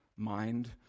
mind